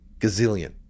gazillion